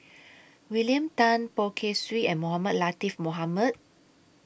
William Tan Poh Kay Swee and Mohamed Latiff Mohamed